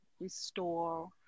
restore